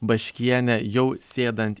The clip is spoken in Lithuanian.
baškienę jau sėdant